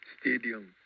stadium